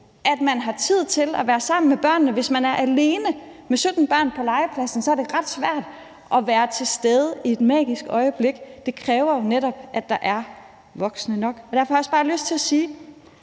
at man har tid til at være sammen med børnene. Hvis man er alene med 17 børn på legepladsen, er det ret svært at være til stede i et magisk øjeblik, for det kræver jo netop, at der er voksne nok. Derfor har jeg også bare lyst til at sige: